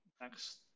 next